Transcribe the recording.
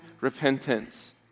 repentance